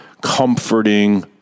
comforting